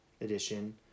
edition